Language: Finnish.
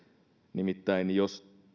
nimittäin jos